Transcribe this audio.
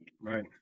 right